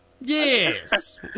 Yes